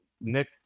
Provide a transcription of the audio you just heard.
Nick